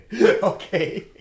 Okay